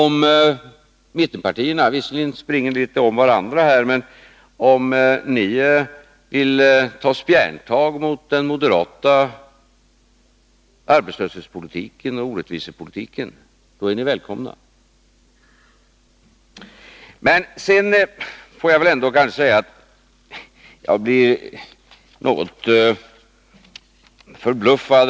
Mittenpartierna springer visserligen litet om varandra, men om ni vill ta spjärntag mot den moderata arbetslöshetspolitiken och orättvisepolitiken, då är ni välkomna. Sedan får jag väl ändå säga att jag blev något förbluffad.